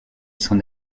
son